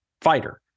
fighter